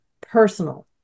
personal